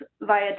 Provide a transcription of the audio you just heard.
via